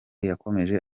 yakomeje